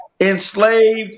enslaved